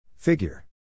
Figure